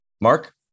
mark